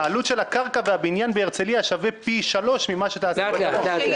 העלות של הקרקע והבניין בהרצליה שווה פי שלושה ממה שתעשה בדרום.